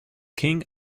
king